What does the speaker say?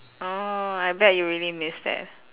orh I bet you really miss that